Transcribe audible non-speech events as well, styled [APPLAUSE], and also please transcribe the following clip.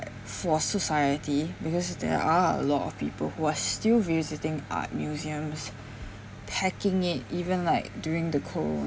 for society because there are a lot of people who are still visiting art museums [BREATH] packing it even like during the corona